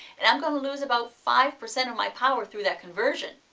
and i'm going to lose about five percent of my power through that conversion,